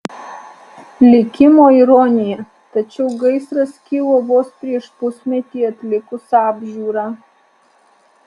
likimo ironija tačiau gaisras kilo vos prieš pusmetį atlikus apžiūrą